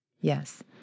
Yes